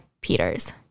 Peters